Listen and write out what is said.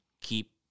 keep